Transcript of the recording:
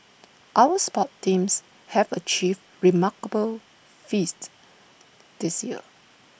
our sports teams have achieved remarkable feats this year